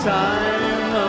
time